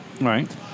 Right